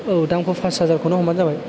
औ दामखौ फास हाजारखौनो हमबानो जाबाय